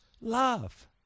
love